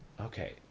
okay